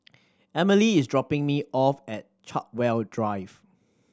Emilie is dropping me off at Chartwell Drive